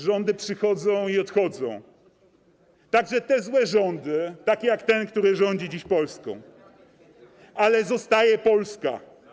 Rządy przychodzą i odchodzą, także te złe rządy, takie jak ten, który rządzi dziś Polską, ale zostaje Polska.